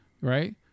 right